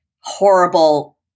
horrible